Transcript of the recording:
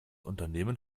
unternehmen